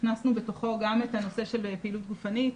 הכנסנו בתוכו גם את הנושא של פעילות גופנית